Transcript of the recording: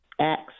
Acts